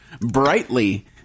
Brightly